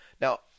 Now